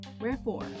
Wherefore